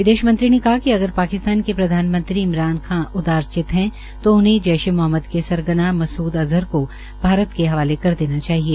विदेश मंत्री ने कहा कि अगर पाकिस्तान के प्रधानमंत्री इमरान खान उदवारचित है तो उन्हें जैशे ए मोहम्मद के सरगना मसूद अज़हर को भारत के हवाले देना चाहिए